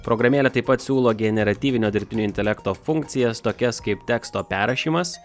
programėlė taip pat siūlo generatyvinio dirbtinio intelekto funkcijas tokias kaip teksto perrašymas